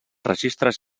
registres